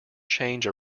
change